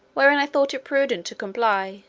wherein i thought it prudent to comply,